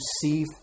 see